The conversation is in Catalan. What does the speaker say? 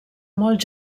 molt